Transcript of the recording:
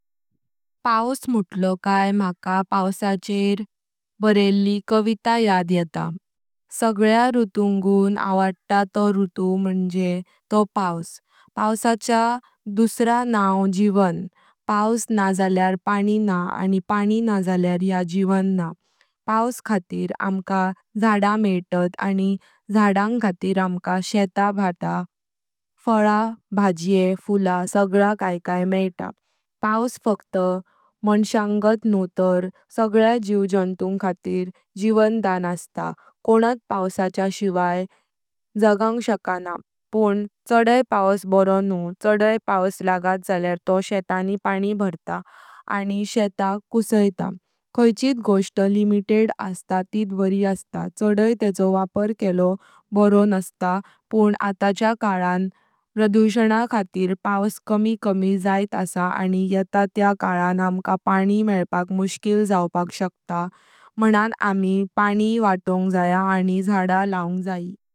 पाउस मुतलो काएर म्हाका पाउशाचेर बरेलें कविता याद येतात, सगळ्या रुतूंकां आडेलो रुतू मणे तो पाउस, पाउसचें दुसरो नाव जीवन, पाउस न्हा जाल्यार पाणी न्हा आनी पाणी न्हा जाल्यार या जीवन न्हा, पाउसा खातीर आमका झाडां मेयत आनी झाडांग खातीर आमका शेत, भात, फळं, भाज्यें सगळा काय काय मेतां। पाउस फक्ता मानवांच्यात न्हुं तर सगळ्या जीव जांत्यांक खातीर जीवन दान असता। कोणताच पाउशाच्य शिवाय जागतां शकचोना पण कशेतरी पाउस बरो न्हुं कशेतरी पाउस लागत जाल्यार तो शेतांनी पानी भरता आनी शेता कूसायता, खाचीत गोष्ट लिमिटेड असता तीच बरी असता कशेतरी तेंचो वापर केला बरो न्हसता। पण आठचेर कालन प्रदूषणाचेर खातीर पाउस कमी कमी जात आसां आनी येता त्या कालन आमका पाणी मेलपाक मुष्किल जावपाक शकता, माणण आमी पाणी वाटोंच जाय आनी झाडा लांवच जायी।